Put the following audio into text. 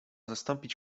zastąpić